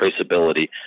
traceability